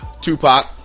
Tupac